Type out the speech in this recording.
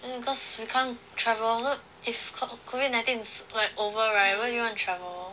cause you can't travel uh if co~ COVID nineteen is like over right where do you wanna travel